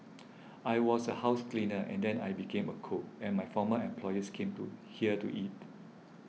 I was a house cleaner and then I became a cook and my former employers came to here to eat